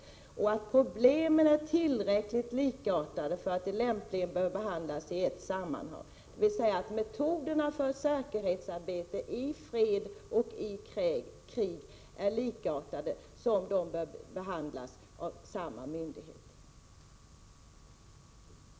Utskottet sade också att problemen är tillräckligt likartade för att de lämpligen skall behandlas i ett sammanhang, dvs. metoderna för säkerhetsarbete i fred och krig är likartade och bör därmed behandlas av samma myndighet.